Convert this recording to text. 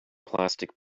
plastic